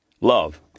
Love